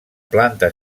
planta